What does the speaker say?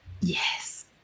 Yes